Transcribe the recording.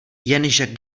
jenže